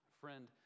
Friend